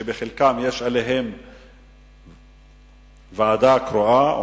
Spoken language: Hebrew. שבחלקן יש ועדה קרואה,